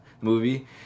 movie